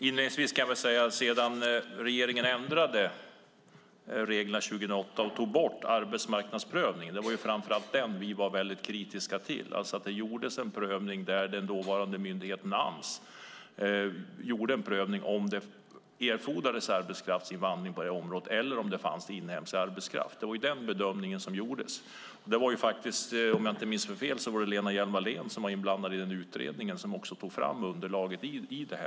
Herr talman! Regeringen ändrade reglerna 2008 och tog bort arbetsmarknadsprövningen, och det var framför allt det vi var väldigt kritiska till. Den dåvarande myndigheten Ams gjorde alltså en prövning om det erfordrades arbetskraftsinvandring på ett område eller om det fanns inhemsk arbetskraft. Det var den bedömning som gjordes. Om jag inte minns fel var Lena Hjelm-Wallén inblandad i den utredning som tog fram underlaget.